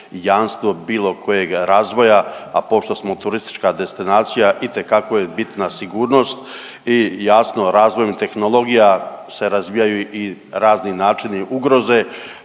jamstvo bilo kojega razvoja, a pošto smo turistička destinacija, itekako je bitna sigurnost i jasno, razvoju tehnologija se razvijaju i razni načini ugroze,